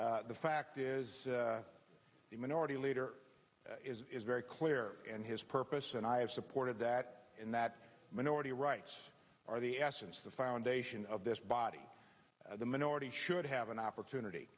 mark the fact is the minority leader is very clear in his purpose and i have supported that in that minority rights are the essence the foundation of this body the minority should have an opportunity